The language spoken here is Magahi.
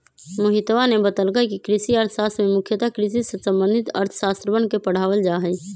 मोहितवा ने बतल कई कि कृषि अर्थशास्त्र में मुख्यतः कृषि से संबंधित अर्थशास्त्रवन के पढ़ावल जाहई